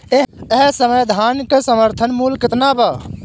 एह समय धान क समर्थन मूल्य केतना बा?